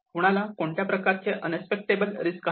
कुणाला कोणत्या प्रकारचे अनएक्सेप्टटेबल रिस्क आहे